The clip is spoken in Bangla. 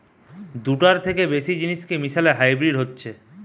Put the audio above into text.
দুটার থেকে বেশি জিনিসকে মিশালে হাইব্রিড হতিছে